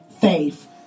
faith